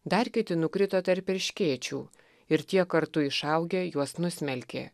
dar kiti nukrito tarp erškėčių ir tie kartu išaugę juos nusmelkė